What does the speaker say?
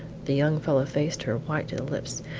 the young fellow faced her, white to the lips.